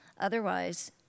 Otherwise